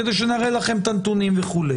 כדי שנראה לכם את הנתונים וכו'.